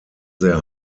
their